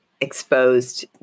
exposed